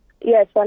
Yes